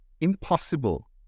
impossible